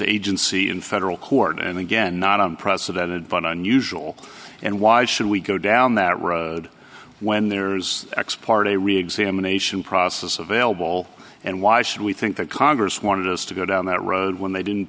agency in federal court and again not unprecedented but unusual and why should we go down that road when there's ex parte reexamination process available and why should we think that congress wanted us to go down that road when they didn't